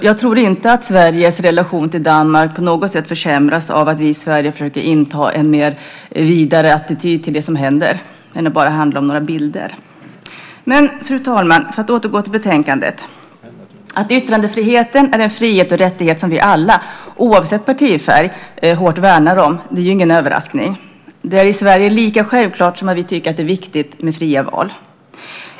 Jag tror inte att Sveriges relation till Danmark på något sätt försämras av att vi i Sverige försöker inta en vidare attityd till det som händer, i stället för att bara låta det handla om några bilder. Men, fru talman, låt mig återgå till betänkandet. Att yttrandefriheten är en frihet som vi alla oavsett partifärg hårt värnar om är ingen överraskning. Det är i Sverige lika självklart som att vi tycker att det är viktigt med fria val.